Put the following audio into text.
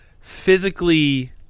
physically